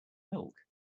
milk